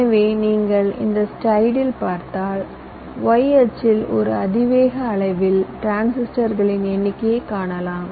எனவே நீங்கள் இந்த ஸ்லைடில் பார்த்தால் y அச்சில் ஒரு அதிவேக அளவில் டிரான்சிஸ்டர்களின் எண்ணிக்கையைக் காணலாம்